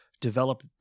develop